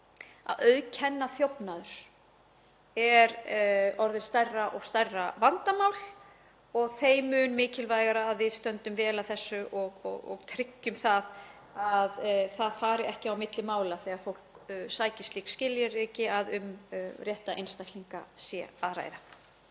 að auðkennaþjófnaður væri orðinn stærra og stærra vandamál og er þeim mun mikilvægara að við stöndum vel að þessu og tryggjum að ekki fari á milli mála þegar fólk sækir um slík skilríki að um rétta einstaklinga sé að ræða.